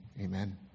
amen